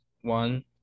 one